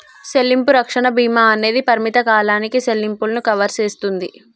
సెల్లింపు రక్షణ భీమా అనేది పరిమిత కాలానికి సెల్లింపులను కవర్ సేస్తుంది